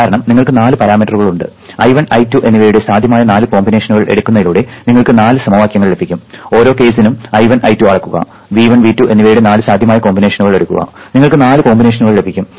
കാരണം നിങ്ങൾക്ക് നാല് പാരാമീറ്ററുകൾ ഉണ്ട് I1 I2 എന്നിവയുടെ സാധ്യമായ നാല് കോമ്പിനേഷനുകൾ എടുക്കുന്നതിലൂടെ നിങ്ങൾക്ക് നാല് സമവാക്യങ്ങൾ ലഭിക്കും ഓരോ കേസിനും I1 I2 അളക്കുക V1 V2 എന്നിവയുടെ നാല് സാധ്യമായ കോമ്പിനേഷനുകൾ എടുക്കുക നിങ്ങൾക്ക് നാല് കോമ്പിനേഷനുകൾ ലഭിക്കും